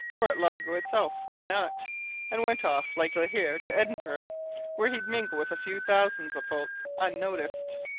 or at largo itself why not and went off, likely here, to edinburgh where he'd mingle with a few thousand of folk, unnoticed.